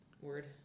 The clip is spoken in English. word